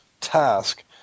task